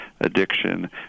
addiction